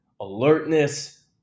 alertness